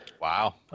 wow